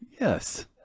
Yes